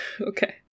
Okay